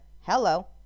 hello